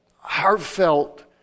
heartfelt